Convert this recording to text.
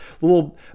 little